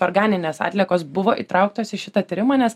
organinės atliekos buvo įtrauktos į šitą tyrimą nes